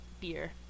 beer